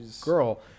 girl